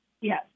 Yes